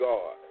God